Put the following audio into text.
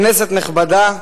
כנסת נכבדה,